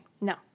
No